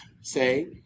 say